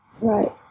right